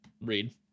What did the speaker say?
read